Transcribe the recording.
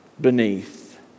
beneath